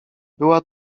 była